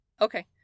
Okay